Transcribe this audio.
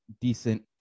decent